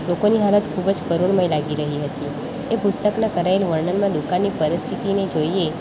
લોકોની હાલત ખૂબ જ કરુણમય લાગી રહી હતી એ પુસ્તકમાં કરાયેલ વર્ણનને જોઈએ